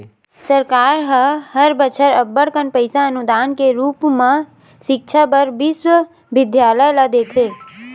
सरकार ह हर बछर अब्बड़ कन पइसा अनुदान के रुप म सिक्छा बर बिस्वबिद्यालय ल देथे